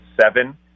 seven